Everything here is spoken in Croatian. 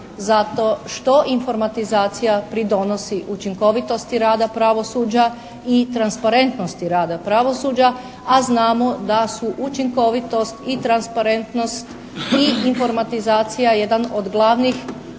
zato što informatizacija pridonosi učinkovitosti rada pravosuđa i transparentnosti rada pravosuđa. A znamo da su učinkovitost i transparentnost i informatizacija jedan od glavnih